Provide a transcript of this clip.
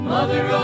Mother